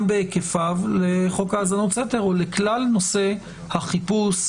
בהיקפיו לחוק האזנות סתר או לכלל נושא החיפוש,